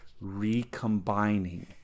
recombining